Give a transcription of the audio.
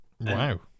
Wow